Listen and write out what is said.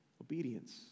Obedience